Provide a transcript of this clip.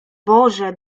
boże